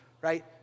right